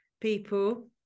people